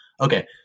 Okay